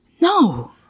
No